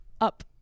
up